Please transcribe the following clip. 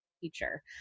teacher